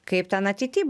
kaip ten ateity